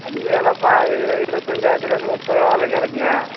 அஞ்சு எல்லாம் பா இரு இருபத்தி அஞ்சாயிரத்தில் இருந்து முப்பதாயிரம் வரைக்கும் இருக்குங்க